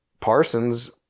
parsons